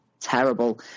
terrible